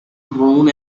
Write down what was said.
grown